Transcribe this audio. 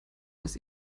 dass